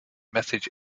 message